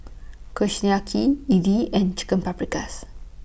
Kushiyaki Idili and Chicken Paprikas